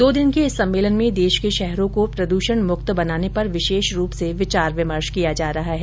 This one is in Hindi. दो दिन के इस सम्मेलन में देश के शहरों को प्रद्रषण मुक्त बनाने पर विशेष रूप से विचार विमर्श किया जा रहा है